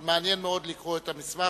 אבל מעניין מאוד לקרוא את המסמך.